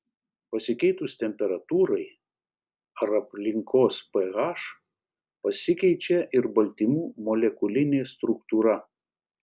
pasikeitus temperatūrai ar aplinkos ph pasikeičia ir baltymų molekulinė struktūra